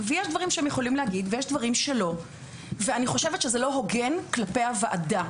ויש דברים שהם יכולים להגיד ויש דברים שלא וזה לא הוגן כלפי הוועדה.